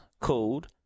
called